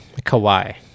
Kawhi